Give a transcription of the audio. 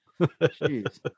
Jeez